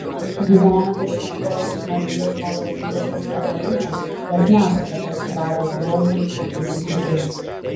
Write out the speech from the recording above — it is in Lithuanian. gyvenate šventosios marijos maloningosios vienuolyne bet nesate parsidavęs dožui kaip visi kiti